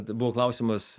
tai buvo klausimas